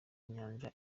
nyanja